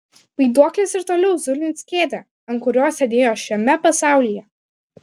vaiduoklis ir toliau zulins kėdę ant kurios sėdėjo šiame pasaulyje